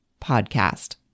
podcast